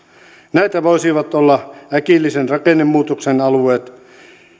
näitä voisivat olla äkillisen rakennemuutoksen alueet